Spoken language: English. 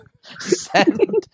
Send